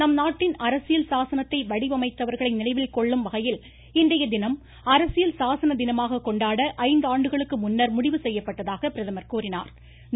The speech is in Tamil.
நம் நாட்டின் அரசியல் சாசனத்தை வடிவமைத்தவர்களை நினைவில் கொள்ளும் வகையில் இன்றைய தினம் அரசியல் சாசன தினமாக கொண்டாட ஐந்தாண்டுகளுக்கு முன்னா் முடிவுசெய்யப்பட்டதாக கூறினாா்